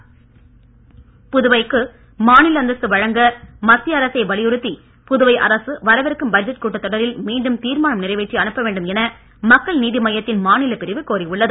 மக்கள் நீதி மையம் புதுவைக்கு மாநில அந்தஸ்து வழங்க மத்திய அரசை வலியுறுத்தி புதுவை அரசு வரவிருக்கும் பட்ஜெட் கூட்டத்தொடரில் மீண்டும் தீர்மானம் நிறைவேற்றி அனுப்ப வேண்டும் என மக்கள் நீதி மையத்தின் மாநில பிரிவு கோரியுள்ளது